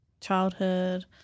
childhood